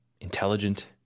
intelligent